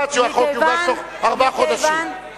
ובלבד שהחוק יוגש בתוך ארבעה חודשים.